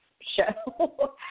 show